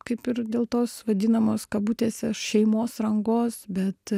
kaip ir dėl tos vadinamos kabutėse šeimos rangos bet